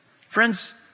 Friends